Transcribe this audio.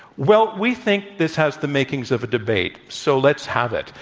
well, we think this has the makings of a debate. so, let's have it.